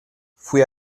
fuí